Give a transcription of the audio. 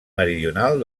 meridional